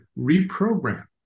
reprogram